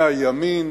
מהימין